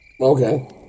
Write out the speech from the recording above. Okay